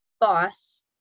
boss